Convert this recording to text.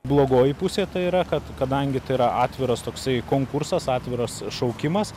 blogoji pusė ta yra kad kadangi tai yra atviras toksai konkursas atviras šaukimas